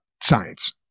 science